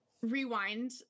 rewind